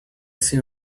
see